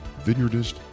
vineyardist